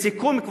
לסיכום,